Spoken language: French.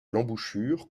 l’embouchure